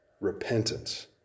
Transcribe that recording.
repentance